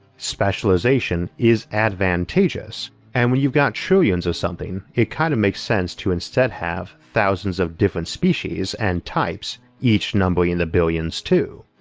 specialization is advantageous and when you've got trillions of something, it kind of makes sense to instead have thousands of different species and types each numbering in the billions too.